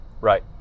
Right